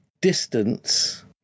distance